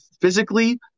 physically